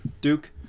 duke